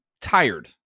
tired